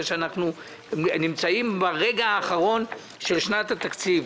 שאנחנו נמצאים ברגע האחרון של שנת התקציב,